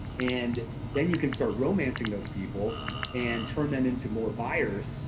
and then you can start romancing those people and turn them into more buyers.